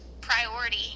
priority